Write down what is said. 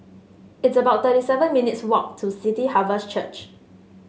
it's about thirty seven minutes' walk to City Harvest Church